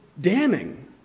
damning